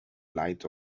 light